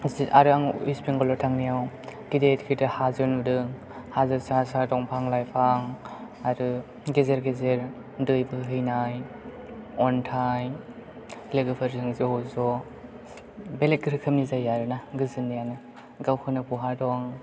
आरो आं वेस्ट बेंगलाव थांनायाव गिदिर गिदिर हाजो नुदों हाजो सा सा दंफां लाइफां आरो गेजेर गेजेर दै बोहैनाय अन्थाय लोगोफोरजों ज' ज' बेलेग रोखोमनि जायो आरोना गोजोननायानो गावखौनो बहा दं